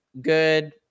Good